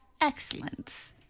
Excellent